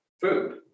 food